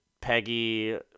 Peggy